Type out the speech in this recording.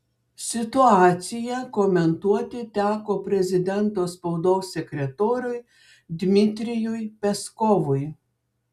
situaciją komentuoti teko prezidento spaudos sekretoriui dmitrijui peskovui